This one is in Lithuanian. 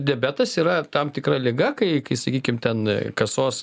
diabetas yra tam tikra liga kai kai sakykim ten kasos